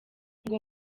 ngo